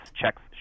checks